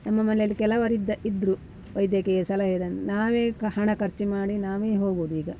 ನಮ್ಮ ಮನೆಯಲ್ಲಿ ಕೆಲವರು ಇದ್ದ ಇದ್ದರು ವೈದ್ಯಕೀಯ ಸಲಹೆ ನಾವೇಕೆ ಹಣ ಖರ್ಚು ಮಾಡಿ ನಾವೇ ಹೋಗೋದು ಈಗ